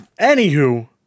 Anywho